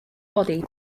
body